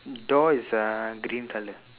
door is uh green colour